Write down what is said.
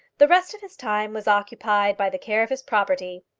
the rest of his time was occupied by the care of his property.